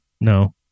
No